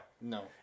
No